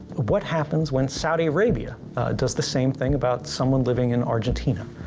what happens when saudi arabia does the same thing about someone living in argentina?